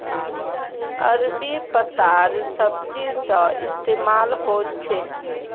अरबी पत्तार सब्जी सा इस्तेमाल होछे